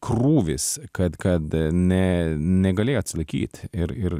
krūvis kad kad ne negalėjai atsilaikyt ir ir